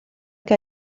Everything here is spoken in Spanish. que